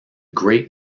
great